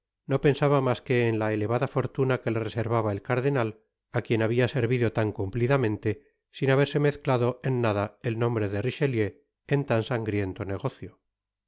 no pensaba mas que en la elevada fortuna que le reservaba el cardenal á quien habia servido tan cumplidamente sin haberse mezclado en nada el nombre de richelieu en tan sangriento negocio las